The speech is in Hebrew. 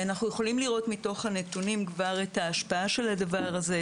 אנחנו יכולים לראות מתוך הנתונים כבר את ההשפעה של הדבר הזה,